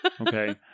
Okay